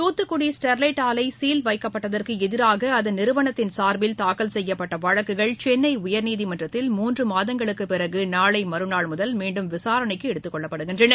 Thoothukudi Sterlite ஆலை seal வைக்கப்பட்டதற்கு எதிராக அதன் நிறுவனத்தின் சார்பில் தாக்கல் செய்யப்பட்ட வழக்குகள் சென்னை உயர்நீதிமன்றத்தில் மூன்று மாதங்களுக்குப் பிறகு நாளை மறுநாள் முதல் மீண்டும் விசாரணைக்கு எடுத்துக் கொள்ளப்படுகின்றன